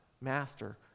master